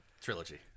trilogy